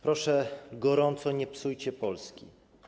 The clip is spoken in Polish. Proszę gorąco, nie psujcie Polski.